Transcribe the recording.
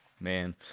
Man